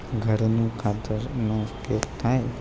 ઘરના ખાતરનો ઉપયોગ થાય